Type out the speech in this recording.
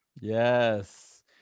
Yes